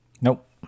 Nope